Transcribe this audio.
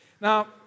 Now